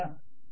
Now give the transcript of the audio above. అంతే కదా